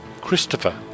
Christopher